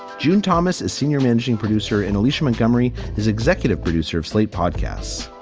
june thomas is senior managing producer and alicia montgomery is executive producer of slate podcasts.